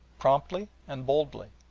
promptly and boldly,